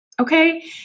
Okay